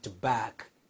back